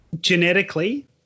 genetically